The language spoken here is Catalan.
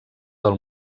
del